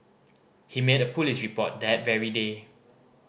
he made a police report that very day